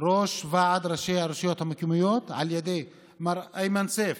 ראש ועד ראשי הרשויות המקומיות, מר איימן סייף,